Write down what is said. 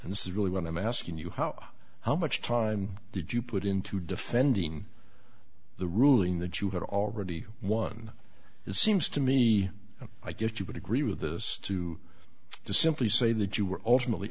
and this is really one i'm asking you how how much time did you put into defending the ruling that you had already won it seems to me i guess you would agree with this too to simply say that you were ultimately